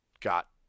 got